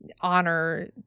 honor